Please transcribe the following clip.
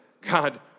God